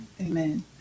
Amen